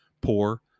Poor